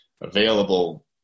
available